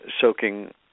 soaking